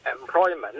employment